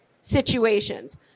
situations